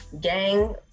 gang